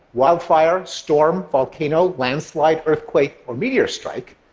wildfire, storm, volcano, landslide, earthquake or meteor strike,